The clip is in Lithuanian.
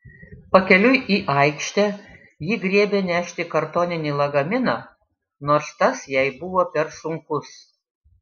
pakeliui į aikštę ji griebė nešti kartoninį lagaminą nors tas jai buvo per sunkus